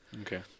Okay